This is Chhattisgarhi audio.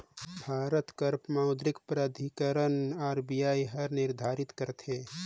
भारत कर मौद्रिक प्राधिकरन आर.बी.आई हर निरधारित करथे